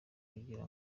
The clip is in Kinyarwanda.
kugira